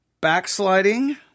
backsliding